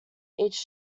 each